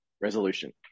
resolution